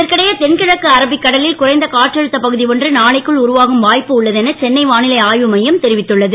இதற்கிடையே தென்கிழக்கு அரேபிய கடலில் குறைந்த காற்றழுத்த பகுதி ஒன்று நாளைக்குள் உருவாகும் வாய்ப்பு உள்ளது என சென்னை வானிலை ஆய்வுமையம் தெரிவித்துள்ளது